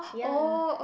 ya